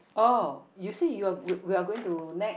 oh you said you are we we are going to Nex